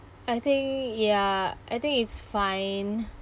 I think ya I think it's fine